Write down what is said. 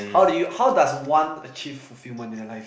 how do you how does one achieve fulfillment in their life